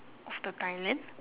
of the thailand